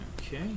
Okay